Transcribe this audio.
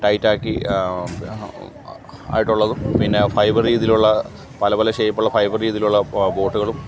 tight ആക്കി ആയിട്ടുള്ളതും പിന്നെ ഫൈബര് രീതിയിലുള്ള പല പല ഷേപ്പ് ഉള്ള ഫൈബര് രീതിയിലുള്ള ബോട്ട്കളും